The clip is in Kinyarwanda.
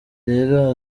rero